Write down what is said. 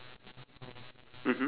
left to right ah okay